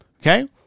okay